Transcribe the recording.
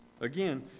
Again